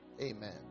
Amen